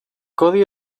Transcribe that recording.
codi